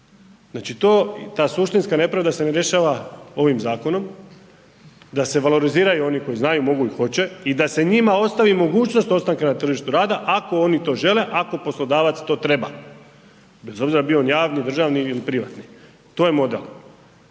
Znači ta suštinska nepravda se ne rješava ovim zakonom, da se valoriziraju oni koji znaju, mogu i hoće i da se njima ostavi mogućnost ostanka na tržištu rada ako oni to žele, ako poslodavac to treba, bez obzira bio on javni, državni ili privatni. To je mode.